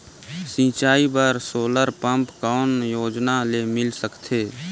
सिंचाई बर solar pump कौन योजना ले मिल सकथे?